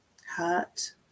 hurt